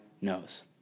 knows